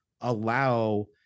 allow